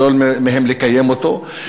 לשלול מהם לקיים אותו.